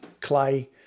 clay